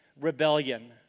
rebellion